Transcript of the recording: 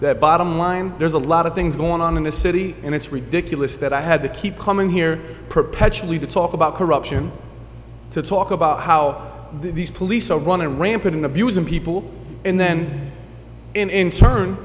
the bottom line there's a lot of things going on in the city and it's ridiculous that i had to keep coming here perpetually to talk about corruption to talk about how these police are running rampant in abusing people and then in turn